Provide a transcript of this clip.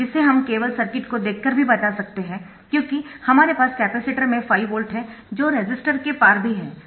जिसे हम केवल सर्किट को देखकर भी बता सकते है क्योंकि हमारे पास कपैसिटर में 5 वोल्ट है जो रेसिस्टर के पार भी है